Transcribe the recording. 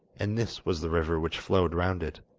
and this was the river which flowed round it.